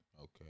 Okay